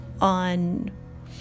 on